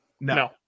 No